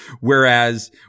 Whereas